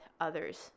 others